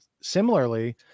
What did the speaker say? similarly